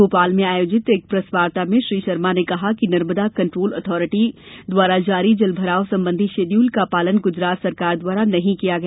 भोपाल में आयोजित एक प्रेसवार्ता में श्री शर्मा ने कहा कि नर्मदा कंट्रोल अथारिटी द्वारा जारी जलभराव संबंधी शेडयूल का पालन गुजरात सरकार द्वारा नहीं किया गया